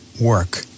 work